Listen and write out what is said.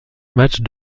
matchs